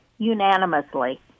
unanimously